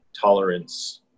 tolerance